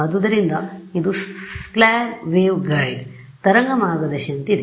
ಆದ್ದರಿಂದ ಇದು slab waveguide ತರಂಗ ಮಾರ್ಗದರ್ಶಿಯಂತಿದೆ